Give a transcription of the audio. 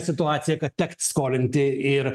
situacija kad tekt skolinti ir